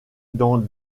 dans